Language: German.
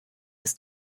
ist